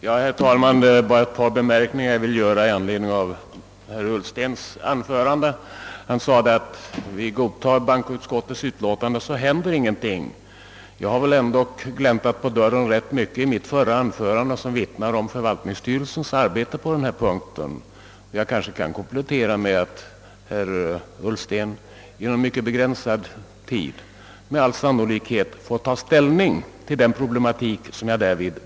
Herr talman! Jag vill göra ett par anmärkningar i anledning av herr Ullstens anförande, Herr Ullsten sade att om vi bifaller bankoutskottets utlåtande händer ingenting. Jag gläntade väl ändå rätt mycket på dörren i mitt förra anförande, där jag berörde förvaltningsstyrelsens arbete med denna fråga. Jag kanske nu kan komplettera med att säga att herr Ullsten inom mycket begränsad tid med all sannolikhet får ta ställning till den problematik som jag berörde.